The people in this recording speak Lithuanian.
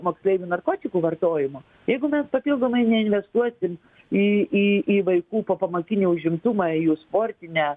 moksleivių narkotikų vartojimo jeigu mes papildomai neinvestuosim į į į vaikų popamokinį užimtumą į jų sportinę